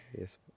Yes